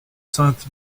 sainte